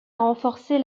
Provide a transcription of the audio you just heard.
renforcer